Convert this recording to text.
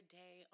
day